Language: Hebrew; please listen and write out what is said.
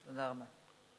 תודה רבה.